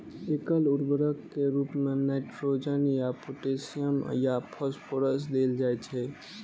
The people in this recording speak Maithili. एकल उर्वरक के रूप मे नाइट्रोजन या पोटेशियम या फास्फोरस देल जाइ छै